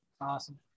awesome